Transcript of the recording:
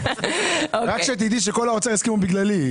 רק תדעי שכל האוצר הסכימו בגללי,